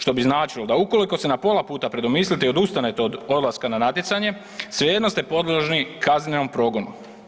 Što bi značilo da ukoliko se na pola puta predomislite i odustane od odlaska na natjecanje svejedno ste podložni kaznenom progonu.